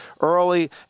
early